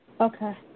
Okay